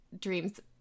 dreams